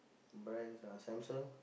brands ah Samsung